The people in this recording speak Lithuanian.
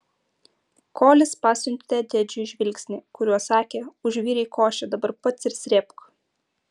kolis pasiuntė tedžiui žvilgsnį kuriuo sakė užvirei košę dabar pats ir srėbk